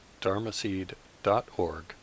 dharmaseed.org